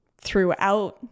throughout